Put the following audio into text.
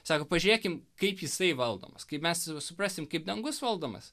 sako pažiūrėkim kaip jisai valdomas kai mes suprasim kaip dangus valdomas